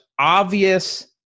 obvious